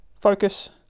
focus